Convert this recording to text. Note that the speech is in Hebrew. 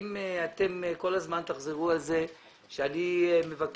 אם אתם כל הזמן תחזרו על זה שאני מבקש